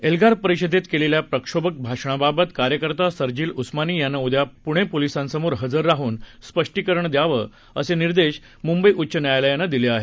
एल्गार परिषदेत केलेल्या प्रक्षोभक भाषणाबाबत कार्यकर्ता शर्जिल उस्मानी यानं उद्या पूणे पोलिसांसमोर हजार राहन स्पष्टीकरण द्यावं असे निर्देश मुंबई उच्च न्यायालयानं दिले आहेत